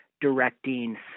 directing